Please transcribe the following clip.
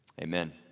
amen